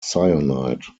cyanide